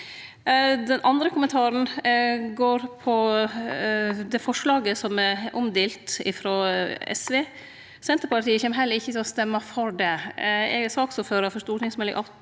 Den andre kommentaren går på det forslaget som er omdelt, frå SV. Senterpartiet kjem heller ikkje til å stemme for det. Eg er saksordførar for Meld.